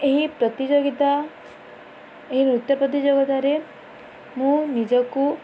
ଏହି ପ୍ରତିଯୋଗିତା ଏହି ନୃତ୍ୟ ପ୍ରତିଯୋଗିତାରେ ମୁଁ ନିଜକୁ